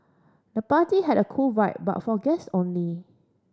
the party had a cool vibe but for guest only